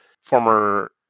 former